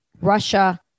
Russia